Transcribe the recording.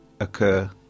occur